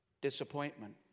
Disappointment